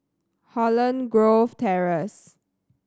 Holland Grove Terrace